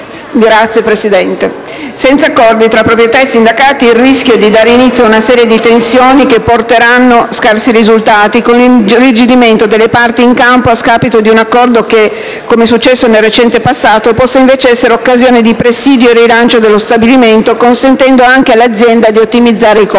*(PD)*. Senza accordi tra proprietà e sindacati il rischio è di dare inizio a una serie di tensioni che porteranno scarsi risultati, con l'irrigidimento delle parti in campo a scapito di un accordo che, come è accaduto nel recente passato, possa essere occasione di presidio e rilancio dello stabilimento, consentendo anche all'azienda di ottimizzare i costi.